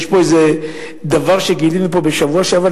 יש איזה דבר שגילינו פה בשבוע שעבר,